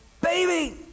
baby